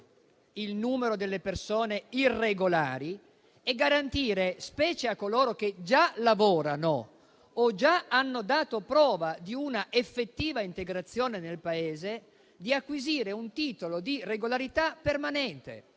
il numero delle persone irregolari e garantire, specialmente a coloro che già lavorano o già hanno dato prova di una effettiva integrazione nel Paese, di acquisire un titolo di regolarità permanente.